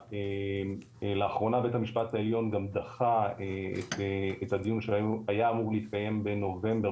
לאחרונה בית המשפט העליון גם דחה את הדיון שהיה אמור להתקיים בנובמבר,